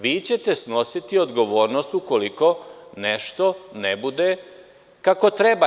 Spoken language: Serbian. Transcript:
Vi ćete snositi odgovornost ukoliko nešto ne bude kako treba.